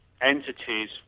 entities